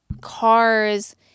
cars